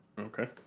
Okay